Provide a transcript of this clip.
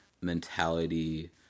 mentality